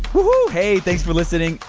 woo-hoo, hey thanks for listening.